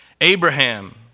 Abraham